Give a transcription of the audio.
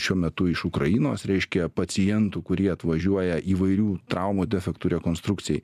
šiuo metu iš ukrainos reiškėja pacientų kurie atvažiuoja įvairių traumų defektų rekonstrukcijai